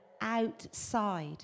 outside